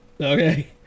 Okay